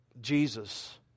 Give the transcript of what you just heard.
Jesus